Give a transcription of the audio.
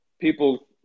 people